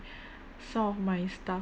some of my stuff